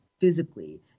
physically